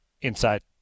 inside